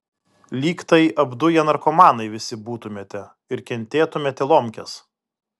lyg tai apduję narkomanai visi būtumėte ir kentėtumėte lomkes